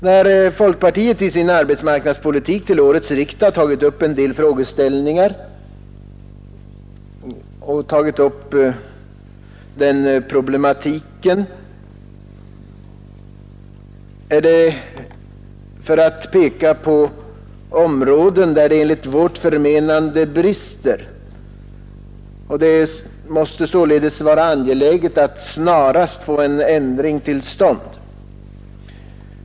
När folkpartiet i sin arbetsmarknadspolitiska motion till årets riksdag tagit upp den här problematiken har det varit för att peka på områden där det enligt vårt förmenande brister och det således måste vara angeläget att snarast få en ändring till stånd.